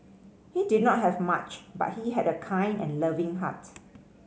he did not have much but he had a kind and loving heart